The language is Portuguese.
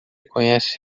conhece